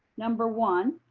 number one,